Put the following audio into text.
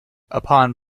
upon